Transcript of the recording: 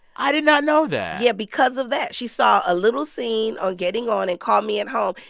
i did not know that yeah. because of that, she saw a little scene on getting on and called me at home.